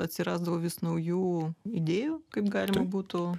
atsirasdavo vis naujų idėjų kaip galima būtų